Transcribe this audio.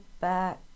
back